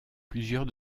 plusieurs